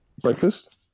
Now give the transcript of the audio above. breakfast